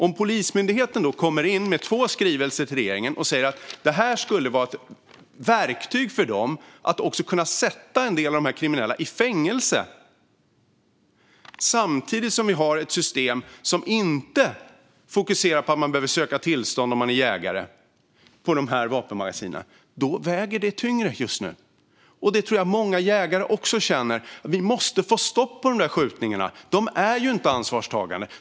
Om Polismyndigheten kommer in med två skrivelser till regeringen och säger att det skulle vara ett verktyg för dem för att kunna sätta en del av de kriminella i fängelse samtidigt som vi har ett system som inte fokuserar på att man som jägare behöver söka tillstånd för de här vapenmagasinen väger det som polisen säger tyngre just nu. Jag tror att många jägare också känner att vi måste få stopp på skjutningarna. De som ligger bakom dem är inte ansvarstagande.